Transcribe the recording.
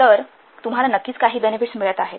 तर तुम्हाला नक्कीच काही बेनेफिट्स मिळत आहेत